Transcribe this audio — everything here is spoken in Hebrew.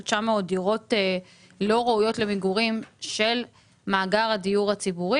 900 דירות לא ראויות למגורים של מאגר הדיור הציבורי,